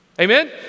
Amen